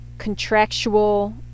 contractual